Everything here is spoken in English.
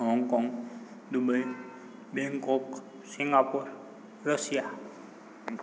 Hong Kong Dubai Bangkok Singapore Russia